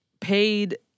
paid